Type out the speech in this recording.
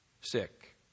sick